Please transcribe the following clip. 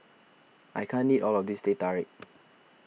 I can't eat all of this Teh Tarik